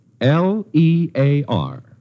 L-E-A-R